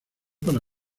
para